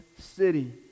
city